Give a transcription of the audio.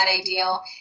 ideal